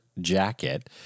jacket